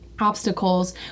obstacles